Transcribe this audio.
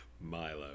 Milo